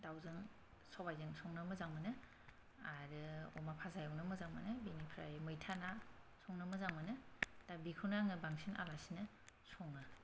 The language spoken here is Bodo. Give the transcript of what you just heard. दावजों सबायजों संनो मोजां मोनो आरो अमा भाजा एवनो मोजां मोनो बिनिफ्राय मैथा ना संनो मोजां मोनो दा बेखौनो आङो बांसिन आलासिनो सङो